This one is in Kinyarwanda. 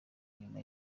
nyuma